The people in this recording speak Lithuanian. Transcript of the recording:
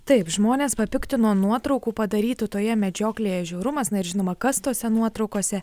taip žmones papiktino nuotraukų padarytų toje medžioklėje žiaurumas na ir žinoma kas tose nuotraukose